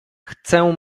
chcę